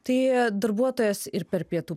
tai darbuotojas ir per pietų